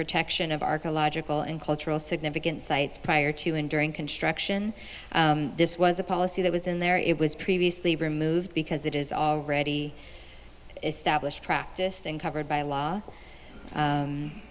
protection of archeological and cultural significance sites prior to and during construction this was a policy that was in there it was previously removed because it is already established practice and covered by law